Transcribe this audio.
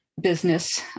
business